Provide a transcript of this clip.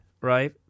right